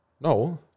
no